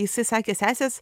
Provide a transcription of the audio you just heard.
jisai sakė sesės